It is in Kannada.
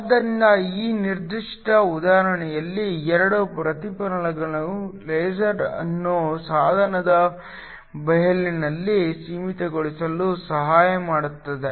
ಆದ್ದರಿಂದ ಈ ನಿರ್ದಿಷ್ಟ ಉದಾಹರಣೆಯಲ್ಲಿ 2 ಪ್ರತಿಫಲಕಗಳು ಲೇಸರ್ ಅನ್ನು ಸಾಧನದ ಬಯಲಿನಲ್ಲಿ ಸೀಮಿತಗೊಳಿಸಲು ಸಹಾಯ ಮಾಡುತ್ತವೆ